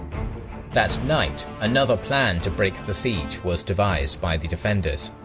that night, another plan to break the siege was devised by the defenders.